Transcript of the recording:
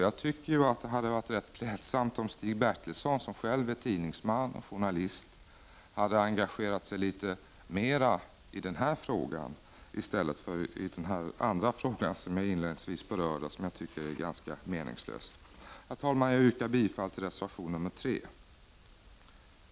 Jag tycker att det hade varit rätt klädsamt om Stig Bertilsson, som själv är tidningsman, hade engagerat sig litet mera i den här frågan i stället för i den fråga som jag inledningsvis berörde och som jag tycker är ganska menings = Prot. 1989/90:26 lös. 15 november 1989 Herr talman! Jag yrkar bifall till reservation 3.